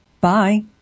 Bye